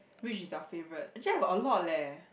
which is your favourite actually I got a lot leh